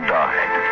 died